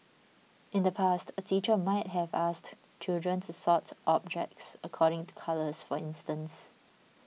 in the past a teacher might have asked children to sort objects according to colours for instance